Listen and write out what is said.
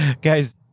guys